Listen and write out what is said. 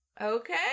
Okay